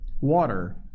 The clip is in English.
water